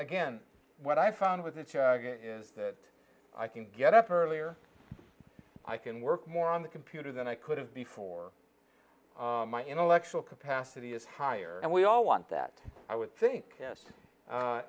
again what i found with is that i can get up earlier i can work more on the computer than i could have before my intellectual capacity is higher and we all want that i would think